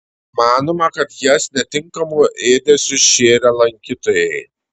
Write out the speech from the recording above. manoma kad jas netinkamu ėdesiu šėrė lankytojai